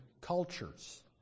cultures